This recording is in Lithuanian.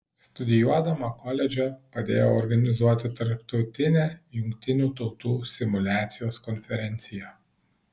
studijuodama koledže padėjau organizuoti tarptautinę jungtinių tautų simuliacijos konferenciją